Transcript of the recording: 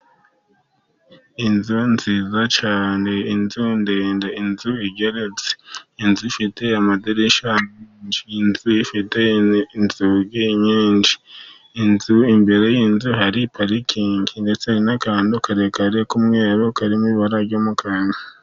Inzu nziza cyane, inzu ndede, inzu igeretse, inzu ifite amadirishya, inzu ifite inzugi nyinshi, imbere y'inzu hari parikingi ndetse n'akantu karekare kumwe karimo ibara ry'umuhondo.